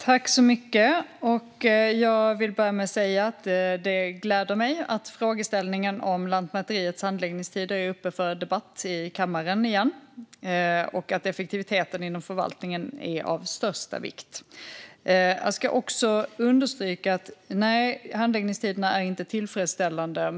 Fru ålderspresident! Jag vill börja med att säga att det gläder mig att frågeställningen om Lantmäteriets handläggningstider är uppe för debatt i kammaren igen och att effektiviteten inom förvaltningen är av största vikt. Jag ska också understryka att handläggningstiderna inte är tillfredsställande.